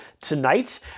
tonight